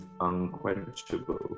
unquenchable